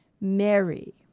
Mary